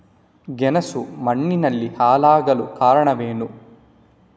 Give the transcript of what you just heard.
ಗೆಣಸು ಮಣ್ಣಿನಲ್ಲಿ ಹಾಳಾಗಲು ಕಾರಣವೇನು?